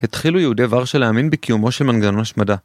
התחילו יהודי ורשה להאמין בקיומו של מנגון משמדה.